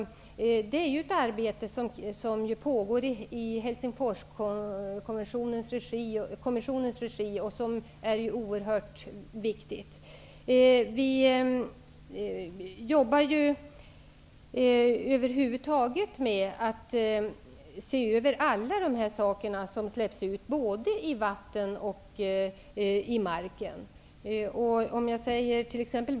Det är ett arbete som pågår i Helsingforskommissionens regi och som är oerhört viktigt. Vi arbetar med att se över allt det som släpps ut, både till vatten och till marken.